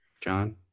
John